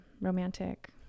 romantic